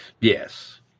Yes